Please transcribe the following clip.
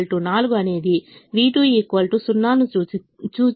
X2 4 అనేది v2 0 ను సూచిస్తుంది